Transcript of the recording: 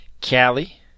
Cali